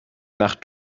nach